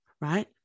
right